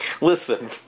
Listen